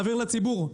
להעביר לציבור.